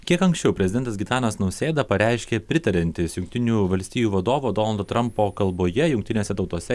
kiek anksčiau prezidentas gitanas nausėda pareiškė pritariantis jungtinių valstijų vadovo donaldo trampo kalboje jungtinėse tautose